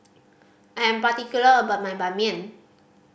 I am particular about my Ban Mian